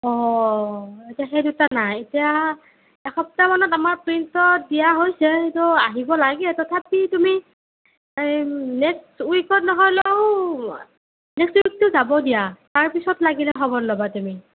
অ' এতিয়া সেই দুটা নাই এতিয়া এসপ্তাহমানত আমাৰ প্ৰিণ্টত দিয়া হৈছে সেইটো আহিব লাগে তথাপি তুমি এই নেক্সট উইকত নেক্সট উইকটো যাব দিয়া তাৰপিছত লাগিলে খবৰ ল'বা তুমি